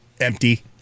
empty